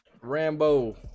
Rambo